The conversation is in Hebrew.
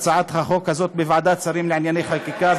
הצעת החוק הזאת בוועדת השרים לענייני חקיקה.